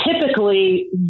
typically